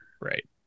Right